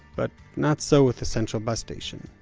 but not so with the central bus station,